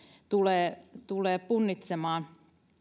tulee tulee punnitsemaan